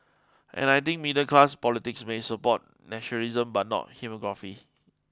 and I think middle class politics may support nationalism but not hegemony